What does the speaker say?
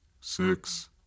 six